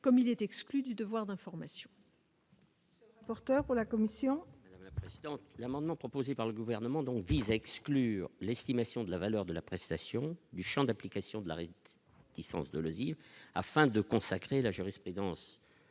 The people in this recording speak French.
comme il est exclu du devoir d'information. Rapporteur pour la commission. L'amendement proposé par le gouvernement, donc vise à exclure l'estimation de la valeur de la prestation du Champ d'application de la rive distance de Lozi afin de consacrer la jurisprudence